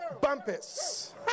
Bumpus